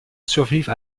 survivre